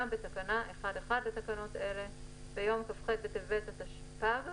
בתקנה 1(1) לתקנות אלה- ביום כ"ח בטבת התשפ"ב